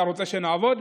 אתה רוצה שנעבוד?